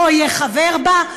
לא יהיה חבר בה,